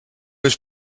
was